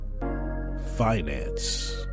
finance